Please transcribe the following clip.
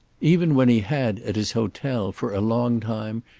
even when he had, at his hotel, for a long time,